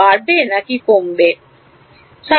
বাড়ছে নাকি কমেছে